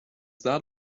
that